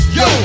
yo